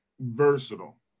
versatile